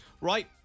Right